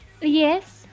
yes